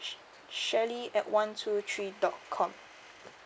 sh~ shirley at one two three dot com